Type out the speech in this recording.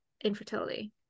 infertility